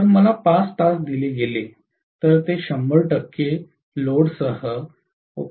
तर मला 5 तास दिले गेले तर ते १०० लोडसह 0